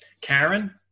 Karen